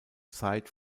zeit